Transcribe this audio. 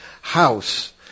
House